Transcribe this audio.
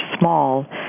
small